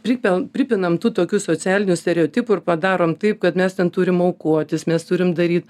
pripel pripinam tų tokių socialinių stereotipų ir padarom taip kad mes ten turim aukotis mes turim daryt